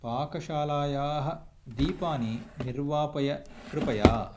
पाकशालायाः दीपानि निर्वापय कृपया